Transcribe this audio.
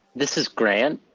this is grant.